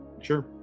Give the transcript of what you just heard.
Sure